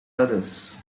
others